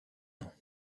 honneur